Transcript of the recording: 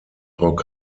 rock